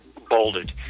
bolded